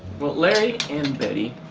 well, larry and betty,